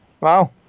Wow